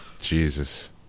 Jesus